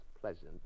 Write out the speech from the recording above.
pleasant